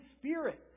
Spirit